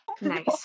Nice